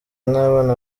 n’abana